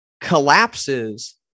collapses